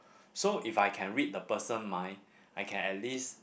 so if I can read the person mind I can at least